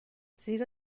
زیرا